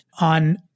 on